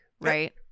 Right